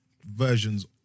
versions